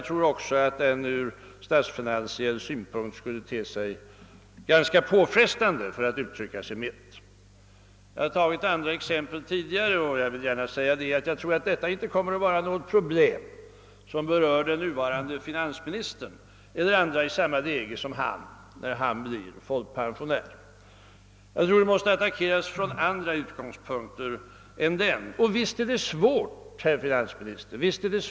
Från statsfinansiell synpunkt skulle den också te sig ganska påfrestande, för att uttrycka det milt. on Jag har nämnt andra exempel tidigare. Jag tror inte heller att vad det här gäller kommer att vara något problem som berör den nuvarande finansministern — eller andra i samma läge som han — när han blir folkpensionär. Det måste: attackeras från andra .utgångspunkter, men: visst. är problemet svårt, herr finansminister!